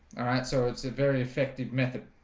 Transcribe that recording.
all right, so it's a very effective method